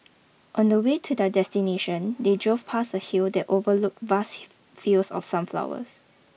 on the way to their destination they drove past a hill that overlooked vast fields of sunflowers